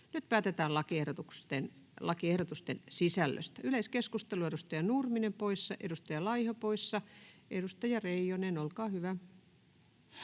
Nyt päätetään lakiehdotusten sisällöstä. — Yleiskeskustelua. Edustaja Nurminen poissa, edustaja Laiho poissa. Edustaja Reijonen, olkaa hyvä.